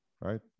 right